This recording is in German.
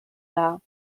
dar